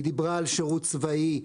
היא דיברה על שירות צבאי,